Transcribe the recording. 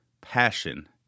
passion